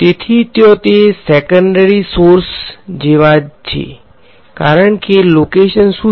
તેથી ત્યાં તે સેકેંડરી સોર્સ જેવા જ છે કારણ કે લોકેશન શું છે